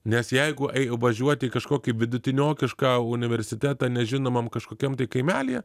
nes jeigu važiuoti į kažkokį vidutiniokišką universitetą nežinomam kažkokiam kaimelyje